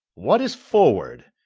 what is forward?